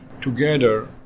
together